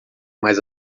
mais